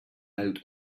out